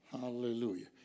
Hallelujah